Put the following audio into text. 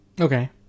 Okay